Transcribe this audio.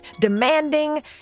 demanding